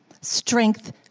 strength